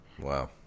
Wow